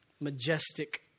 Majestic